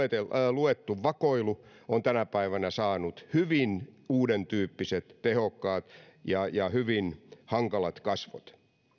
luettu vakoilu on tänä päivänä saanut hyvin uudentyyppiset tehokkaat ja ja hyvin hankalat kasvot